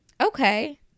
Okay